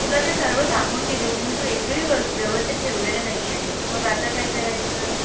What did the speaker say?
तुला ते सर्व सांगून गेले होते मी तू एकही व व्यवस्थित ठेवलेलं नाही आहेस मग आता काय करायचं